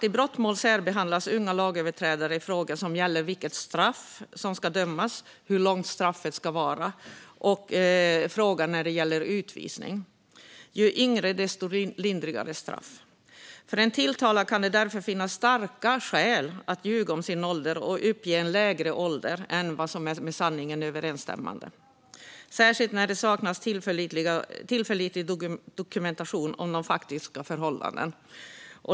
I brottmål särbehandlas som sagt unga lagöverträdare i frågor som gäller vilket straff som ska utdömas, hur långt straffet ska vara och frågan om utvisning. Ju yngre, desto lindrigare straff. För en tilltalad kan det därför finnas starka skäl att ljuga om sin ålder och uppge en lägre ålder än den som är med sanningen överensstämmande, särskilt när det saknas tillförlitlig dokumentation om de faktiska förhållandena.